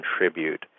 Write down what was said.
contribute